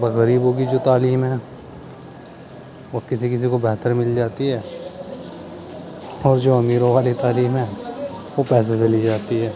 غریبوں کیی جو تعلیم ہے وہ کسی کسی کو بہتر مل جاتی ہے اور جو امیروں والی تعلیم ہے وہ پیسے چلی جاتی ہے